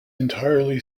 entirely